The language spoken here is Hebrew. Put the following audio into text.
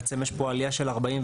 בעצם יש פה עלייה של 41.9%,